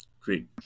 Great